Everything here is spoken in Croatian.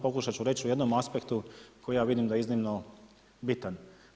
Pokušat ću reći u jednom aspektu koji ja vidim da je iznimno bitan.